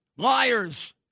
liars